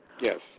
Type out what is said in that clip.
Yes